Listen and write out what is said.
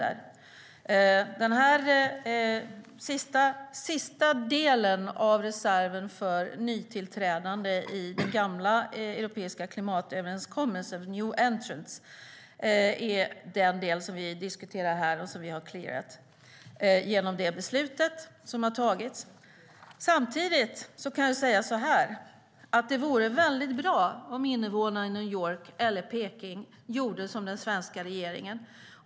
Den sista delen av reserven för nytillträdande i den gamla europeiska klimatöverenskommelsen, New Entrants' Reserve, är den del som vi diskuterar här och som vi har clearat genom det beslut som har tagits. Samtidigt kan jag säga att det vore väldigt bra om invånarna i New York eller Peking gjorde som den svenska regeringen.